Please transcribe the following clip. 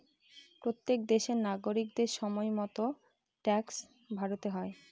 প্রত্যেক দেশের নাগরিকদের সময় মতো ট্যাক্স ভরতে হয়